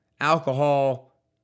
alcohol